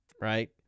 right